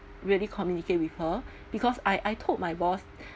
really communicate with her because I I told my boss